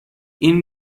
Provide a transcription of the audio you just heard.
این